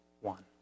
one